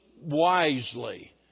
wisely